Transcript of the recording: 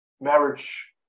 marriage